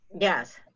yes